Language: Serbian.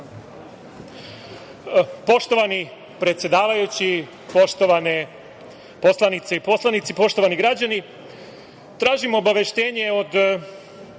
Poštovani predsedavajući, poštovane poslanice i poslanici, poštovani građani, tražim obaveštenje od